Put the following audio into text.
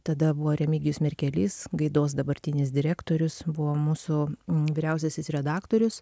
tada buvo remigijus merkelys gaidos dabartinis direktorius buvo mūsų vyriausiasis redaktorius